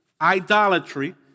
idolatry